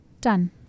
done